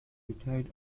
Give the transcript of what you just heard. retired